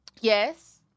Yes